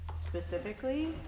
specifically